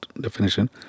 definition